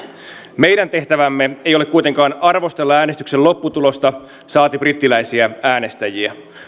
meidän tehtävämme ei ole kuitenkaan arvostella äänestyksen lopputulosta saati brittiläisiä äänestäjiä